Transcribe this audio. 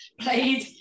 played